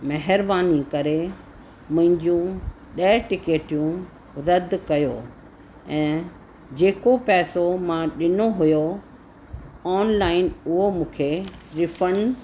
महिरबानी करे मुंहिंजियूं ॾह टिकेटियूं रदि कयो ऐं जेको पैसो मां ॾिनो हुओ ऑनलाइन उहो मूंखे रिफंड